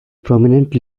prominent